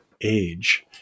age